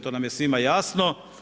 To nam je svima jasno.